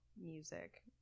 music